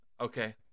okay